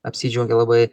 apsidžiaugė labai